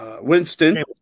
Winston